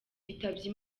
yitabye